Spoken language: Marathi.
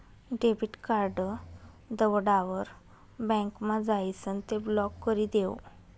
डेबिट कार्ड दवडावर बँकमा जाइसन ते ब्लॉक करी देवो